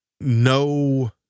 no